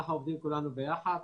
אנחנו עובדים כולנו ביחד.